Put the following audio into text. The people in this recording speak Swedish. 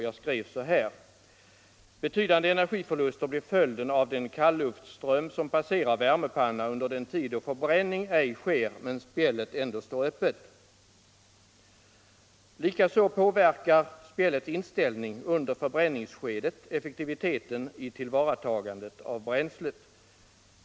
Jag skrev i motionen: ”Betydande energiförluster blir följden av den kalluftsström som passerar värmepanna under tid då förbränning ej sker men spjället ändå står öppet. Likaså påverkar spjällets inställning under förbränningsskedet effektiviteten i tillvaratagandet av bränslet.